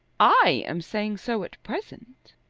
i am saying so at present.